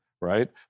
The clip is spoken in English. right